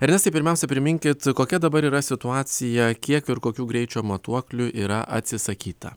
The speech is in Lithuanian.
ernestai pirmiausia priminkit kokia dabar yra situacija kiek ir kokių greičio matuoklių yra atsisakyta